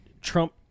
trump